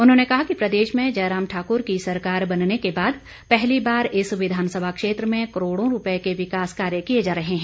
उन्होंने कहा कि प्रदेश में जयराम ठाक्र की सरकार बनने के बाद पहली बार इस विधानसभा क्षेत्र में करोड़ों रूपये के विकास कार्य किए जा रहे हैं